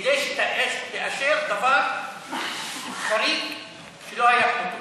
כדי שתאשר דבר חריג שלא היה כמותו.